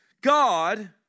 God